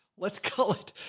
let's call it.